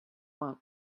want